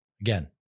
Again